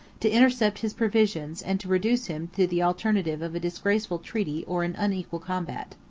to intercept his provisions, and to reduce him to the alternative of a disgraceful treaty or an unequal combat.